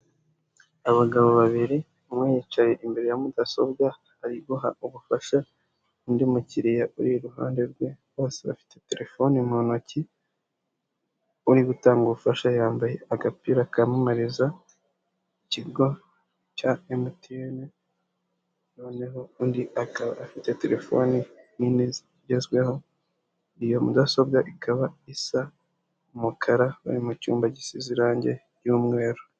Abagabo babiri, umwe yicaye imbere ya mudasobwa ari guha ubufasha undi mukiriya uri iruhande rwe, bose bafite telefoni mu ntoki, uri gutanga ubufasha yambaye agapira kamamariza ikigo cya emutiyene, noneho undi akaba afite telefoni nini zigezweho, iyo mudasobwa ikaba isa umukara, bari mu cyumba gisize irangi ry'umweru.